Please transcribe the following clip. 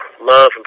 love